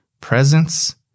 presence